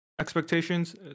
expectations